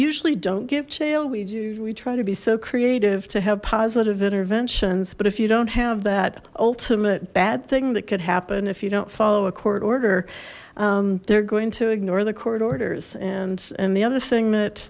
usually don't give jail we do we try to be so creative to have positive interventions but if you don't have that ultimate bad thing that could happen if you don't follow a court order they're going to ignore the court orders and and the other thing that